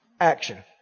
action